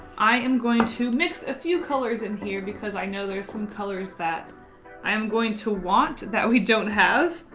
i am going to mix a few colors in here because i know there's some colors that i am going to want that we don't have.